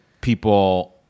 people